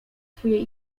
twoje